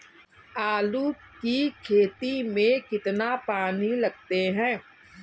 आलू की खेती में कितना पानी लगाते हैं?